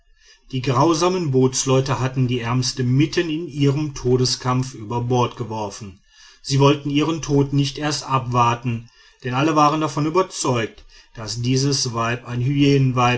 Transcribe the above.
die grausamen bootsleute hatten die ärmste mitten in ihrem todeskampf über bord geworfen sie wollten ihren tod nicht erst abwarten denn alle waren davon überzeugt daß dieses weib ein